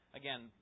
again